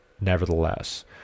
nevertheless